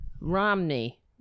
Romney